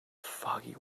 foggy